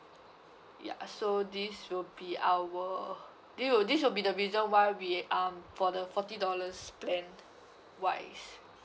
ya so this will be our deal this will be the reason why we um for the forty dollars plan wise